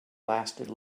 lasted